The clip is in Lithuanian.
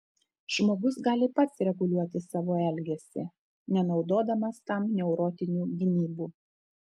žmogus gali pats reguliuoti savo elgesį nenaudodamas tam neurotinių gynybų